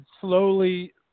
slowly